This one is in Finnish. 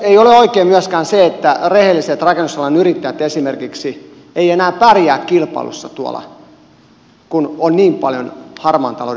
ei ole oikein myöskään se että esimerkiksi rehelliset rakennusalan yrittäjät eivät enää pärjää kilpailussa kun on niin paljon harmaan talouden harjoittajia joiden kanssa he kilpailevat